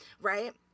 right